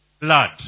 blood